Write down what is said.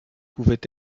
pouvait